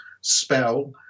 spell